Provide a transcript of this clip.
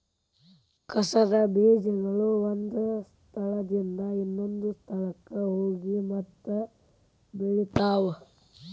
ಕಸದ ಬೇಜಗಳು ಒಂದ ಸ್ಥಳದಿಂದ ಇನ್ನೊಂದ ಸ್ಥಳಕ್ಕ ಹೋಗಿ ಮತ್ತ ಬೆಳಿತಾವ